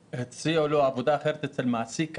כשהציעו לו עבודה אחרת אצל מעסיק אחר,